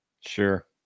Sure